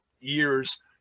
years